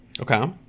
okay